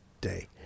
day